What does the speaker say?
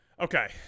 Okay